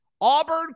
Auburn